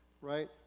right